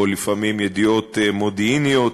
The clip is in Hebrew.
או לפעמים ידיעות מודיעיניות